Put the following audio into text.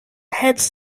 heads